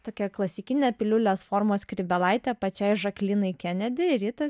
tokia klasikinė piliulės formos skrybėlaitė pačiai žaklinai kenedi ir ji tas